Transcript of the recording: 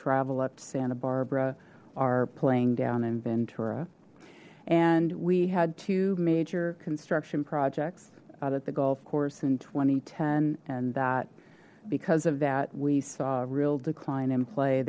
travel up to santa barbara are playing down in ventura and we had two major construction projects out at the golf course in two thousand and ten and that because of that we saw real decline in play